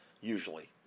usually